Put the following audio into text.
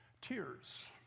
Tears